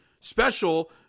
special